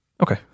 Okay